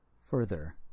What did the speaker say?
Further